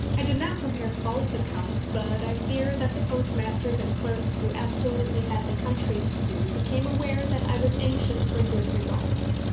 i did not prepare false accounts but i fear that the postmasters and clerks who absolutely had the country to do became aware that i was anxious for good results.